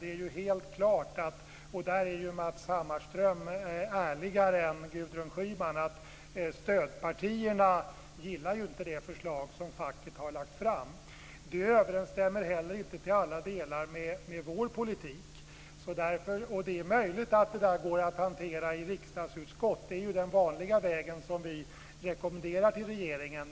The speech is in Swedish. Det är ju helt klart, och där är Matz Hammarström ärligare än Gudrun Schyman, att stödpartierna inte gillar det förslag som facket har lagt fram. Det överensstämmer heller inte i alla delar med vår politik. Det är möjligt att detta går att hantera i riksdagsutskott; det är ju den vanliga vägen som vi rekommenderar till regeringen.